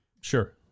Sure